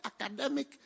academic